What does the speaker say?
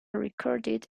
recorded